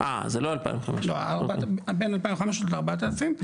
אה, זה לא 2,500. לא, בין 2,500 ל-4,000.